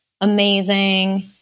amazing